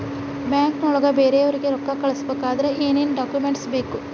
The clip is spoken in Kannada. ಬ್ಯಾಂಕ್ನೊಳಗ ಬೇರೆಯವರಿಗೆ ರೊಕ್ಕ ಕಳಿಸಬೇಕಾದರೆ ಏನೇನ್ ಡಾಕುಮೆಂಟ್ಸ್ ಬೇಕು?